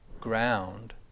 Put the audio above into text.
ground